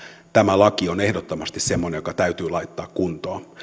tämä laki on ehdottomasti semmoinen joka täytyy laittaa kuntoon